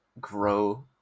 grow